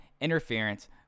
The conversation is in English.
interference